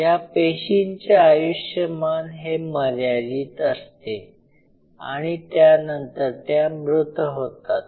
या पेशींचे आयुष्यमान हे मर्यादित असते आणि त्यानंतर त्या मृत होतात